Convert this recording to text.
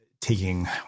taking